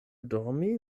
dormi